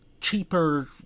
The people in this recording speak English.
cheaper